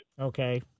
Okay